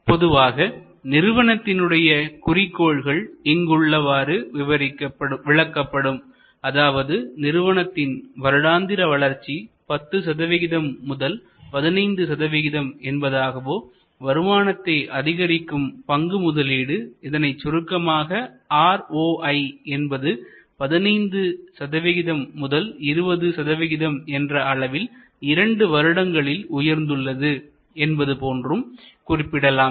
பொதுவாக நிறுவனத்தினுடைய குறிக்கோள்கள் இங்கு உள்ளவாறு விளக்கப்படும் அதாவது நிறுவனத்தின் வருடாந்திர வளர்ச்சி 10 முதல் 15 என்பதாகவோ வருமானத்தை அதிகரிக்கும் பங்கு முதலீடு இதனை சுருக்கமாக ROI என்பது 15 முதல் 20 என்ற அளவில் இரண்டு வருடங்களில் உயர்ந்துள்ளது என்பது போன்றும் குறிப்பிடலாம்